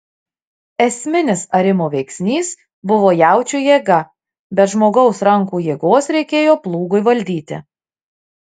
esminis arimo veiksnys buvo jaučių jėga bet žmogaus rankų jėgos reikėjo plūgui valdyti